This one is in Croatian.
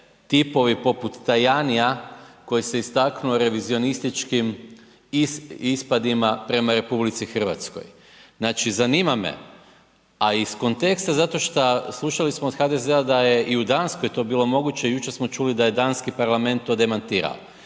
tipovi poput Tajanija koji se istaknuo revizionističkim ispadima prema RH. Znači zanima me, a iz konteksta zato što, slušali smo od HDZ-a da je i u Danskoj to bilo moguće, jučer smo čuli da je danski parlament to demantirao.